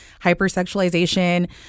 hypersexualization